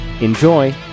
Enjoy